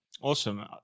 Awesome